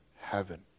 heaven